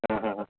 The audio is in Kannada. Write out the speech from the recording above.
ಹಾಂ ಹಾಂ ಹಾಂ